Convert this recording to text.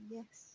Yes